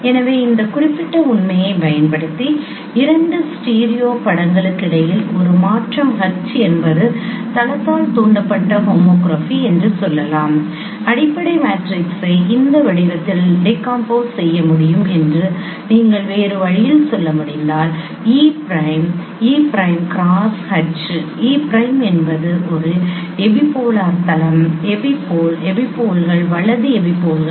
எனவே இந்த குறிப்பிட்ட உண்மையைப் பயன்படுத்தி இரண்டு ஸ்டீரியோ படங்களுக்கிடையில் ஒரு மாற்றம் H என்பது தளத்தால் தூண்டப்பட்ட ஹோமோகிராபி என்று சொல்லலாம் அடிப்படை மேட்ரிக்ஸை இந்த வடிவத்தில் டீகம்போஸ் செய்ய முடியும் என்று நீங்கள் வேறு வழியில் சொல்ல முடிந்தால் e prime e prime cross H e prime என்பது ஒரு எபிபோலார் தளம் எபிபோல் எபிபோல்கள் வலது எபிபோல்கள்